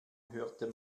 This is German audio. hörte